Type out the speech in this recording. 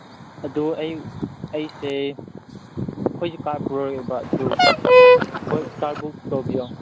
ꯑꯗꯨ ꯑꯩ ꯑꯩꯁꯦ ꯑꯩꯈꯣꯏꯁꯦ ꯀꯥꯔ ꯄꯨꯔꯛꯑꯦꯕ ꯑꯗꯨ ꯍꯣꯏ ꯀꯥꯔ ꯕꯨꯛ ꯇꯧꯕꯤꯌꯣ